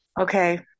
okay